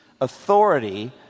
authority